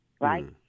right